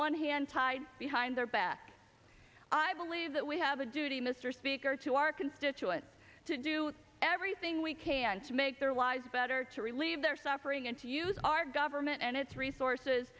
one hand tied behind the beck i believe that we have a duty mr speaker to our constituents to do everything we can to make their lives better to relieve their suffering and to use our government and its resources